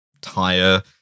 tire